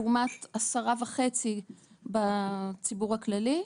לעומת 10.5 בציבור הכללי,